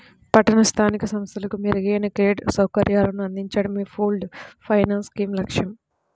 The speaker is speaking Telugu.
పట్టణ స్థానిక సంస్థలకు మెరుగైన క్రెడిట్ సౌకర్యాలను అందించడమే పూల్డ్ ఫైనాన్స్ స్కీమ్ లక్ష్యం